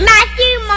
Matthew